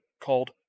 called